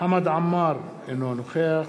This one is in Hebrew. חמד עמאר, אינו נוכח